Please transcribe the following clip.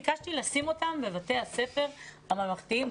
ביקשתי לשים אותם בבתי הספר הממלכתיים-דתיים,